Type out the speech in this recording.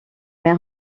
mer